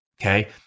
Okay